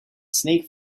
snake